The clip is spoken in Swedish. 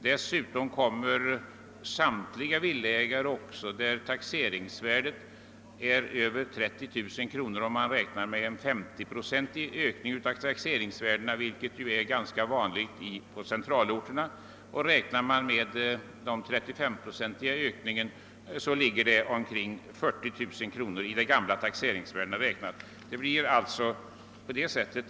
Dessutom drabbas samtliga villaägare där taxeringsvärdet är över 30 000 kronor, om man räknar med en 50-procentig ökning av taxeringsvärdena vilket är ganska vanligt på centralorterna. Räknar man med en 35-procentig ökning inträder skattehöjning vid ett nuvarande taxeringsvärde av ca 40 000 kr. och däröver.